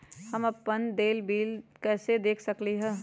हम अपन देल बिल कैसे देख सकली ह?